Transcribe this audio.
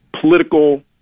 political